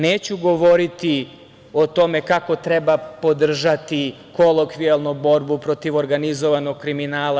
Neću govoriti o tome kako treba podržati kolokvijalno borbu protiv organizovanog kriminala.